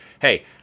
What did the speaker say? Hey